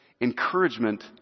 encouragement